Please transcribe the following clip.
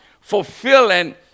fulfilling